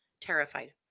terrified